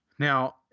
Now